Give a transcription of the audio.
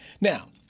Now